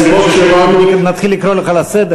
תכף נתחיל לקרוא אותך לסדר,